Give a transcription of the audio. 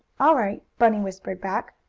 all right, bunny whispered back.